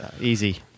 easy